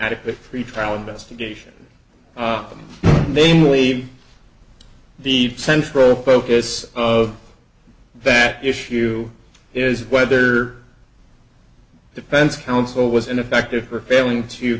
adequate pretrial investigation namely the central focus of that issue is whether defense counsel was ineffective for failing to